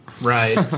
Right